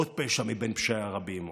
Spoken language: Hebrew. עוד פשע מבין פשעים רבים?